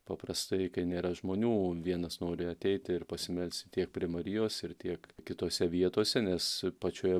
paprastai kai nėra žmonių vienas nori ateiti ir pasimelsti tiek prie marijos ir tiek kitose vietose nes pačioje